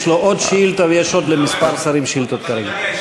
יש לו עוד שאילתה ויש עוד לכמה שרים שאילתות כרגע.